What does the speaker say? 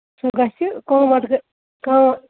سُہ گژھِ قۭمَت قۭ